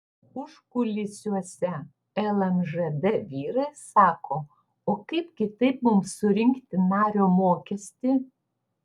užkulisiuose lmžd vyrai sako o kaip kitaip mums surinkti nario mokestį